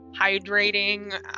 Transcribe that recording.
hydrating